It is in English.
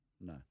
No